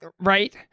Right